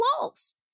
wolves